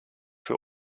für